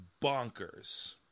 bonkers